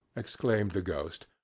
exclaimed the ghost,